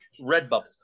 Redbubble